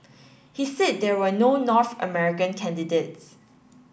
he said there were no North American candidates